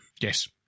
Yes